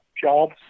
jobs